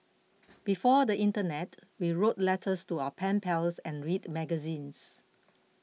before the internet we wrote letters to our pen pals and read magazines